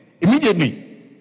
immediately